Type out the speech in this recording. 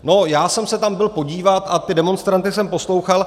No, já jsem se tam byl podívat a ty demonstranty jsem poslouchal.